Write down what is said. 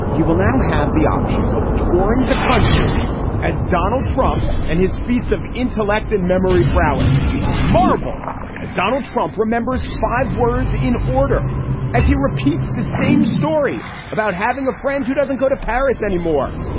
he will now have the option of touring the country as donald trump and his feats of intellect and memory prowess marvel as donald trump remembers five words in order as he repeats the same story about having a friend who doesn't go to paris anymore,